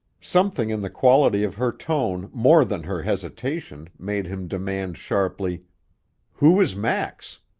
something in the quality of her tone more than her hesitation made him demand sharply who is max?